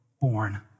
born